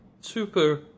Super